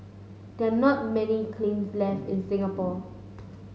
there are not many left in Singapore